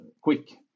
quick